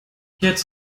jetzt